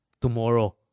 tomorrow